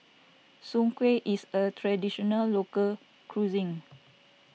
Soon Kueh is a Traditional Local Cuisine